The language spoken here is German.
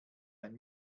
ein